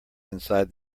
inside